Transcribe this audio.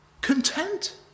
content